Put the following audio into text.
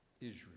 Israel